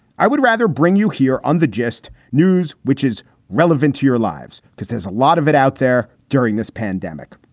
i would rather bring you here on the gist news, which is relevant to your lives, because there's a lot of it out there during this pandemic.